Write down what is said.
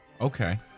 Okay